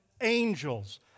angels